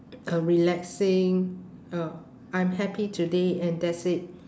a relaxing uh I am happy today and that's it